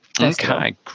Okay